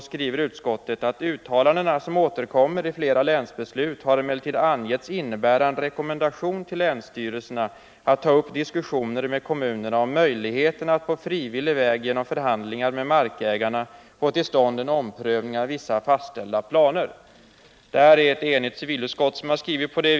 Utskottet skriver att uttalandena som återkommer i flera länsbeslut har emellertid angetts innebära en rekommendation till länsstyrelserna att ta upp diskussioner med kommunerna om möjligheterna att på frivillig väg genom förhandlingar med markägarna få till stånd en omprövning av vissa fastställda planer. Ett enhälligt civilutskott står bakom den skrivningen.